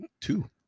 two